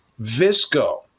Visco